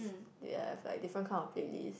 s~ they have like different kind of playlists